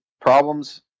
problems